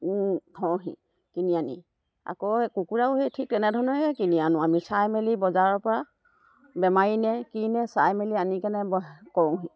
থওঁহি কিনি আনি আকৌ কুকুৰাও সেই ঠিক তেনেধৰণেই কিনি আনোঁ আমি চাই মেলি বজাৰৰপৰা বেমাৰী নে কি নে চাই মেলি আনি কেনে কৰোঁহি